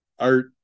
art